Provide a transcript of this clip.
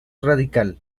radical